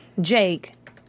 Jake